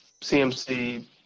CMC